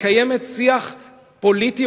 מקיימת שיח פוליטי,